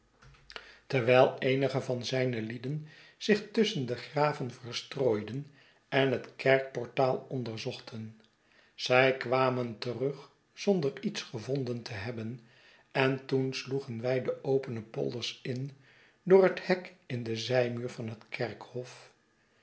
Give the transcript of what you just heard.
eenige van zijne lieden zich tusschen de graven verstrooiden en het kerkportaal onderzochten zij kwamen terug zonder iets gevonden te hebben en toen sloegen wij de opene polders in door het hek in den zijmuur van het kerkhof